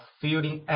feeling